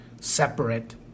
separate